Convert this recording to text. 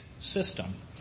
system